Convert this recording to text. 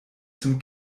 zum